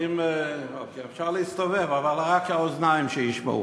אפשר להסתובב, אבל רק האוזניים שישמעו.